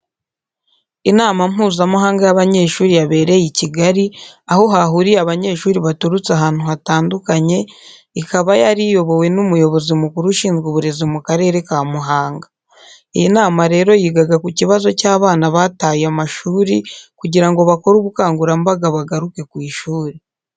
Inama Mpuzamahanga y'abanyeshuri yabereye i Kigali, aho hahuriye abanyeshuri baturutse ahantu hatandukanye, ikaba yari iyobowe n'umuyobozi mukuru ushinzwe uburezi mu Karere ka Muhanga. Iyi nama rero yigaga ku kibazo cy'abana bataye amashuri kugira ngo bakore ubukangurambaga bagaruke ku ishuri.